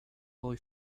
boy